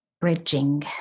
bridging